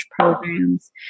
programs